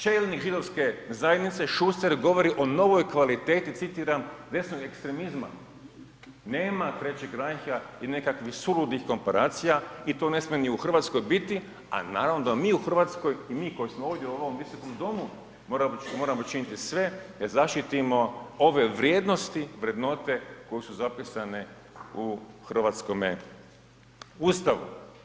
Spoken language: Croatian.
Čelnih židovske zajednice Schuster govori o novoj kvaliteti citiram desnog ekstremizma, nema Trećeg rajhija i nekakvih suludih komparacija i to ne smije ni u Hrvatskoj biti a naravno da mi u Hrvatskoj i mi koji smo ovdje u ovom Visokom domu moramo činiti sve da zaštitimo ove vrijednosti, vrednote koje su zapisane u hrvatskome Ustavu.